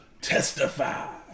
testify